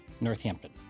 Northampton